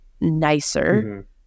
nicer